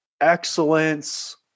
excellence